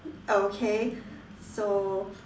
okay so